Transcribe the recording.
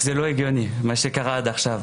זה לא הגיוני מה שקורה עד עכשיו.